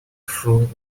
through